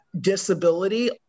disability